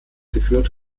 geführt